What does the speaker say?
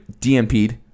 DMP'd